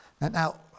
now